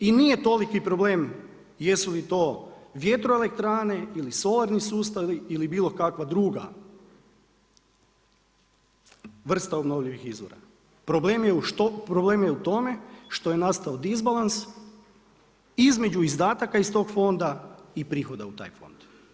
I nije toliki problem jesu li to vjetroelektrane ili solarni sustavi ili bilo kakva druga vrsta obnovljivih izvora, problem je u tome što je nastao disbalans između izdataka iz tog fonda i prihoda u taj fond.